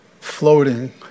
floating